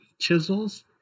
chisels